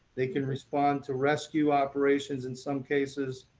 they can respond to rescue operations in some cases.